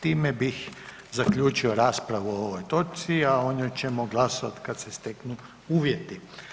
Time bih zaključio raspravu o ovoj točci, a o njoj ćemo glasovat kad se steknu uvjeti.